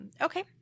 okay